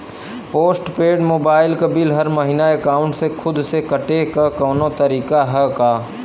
Post paid mobile क bill हर महिना एकाउंट से खुद से कटे क कौनो तरीका ह का?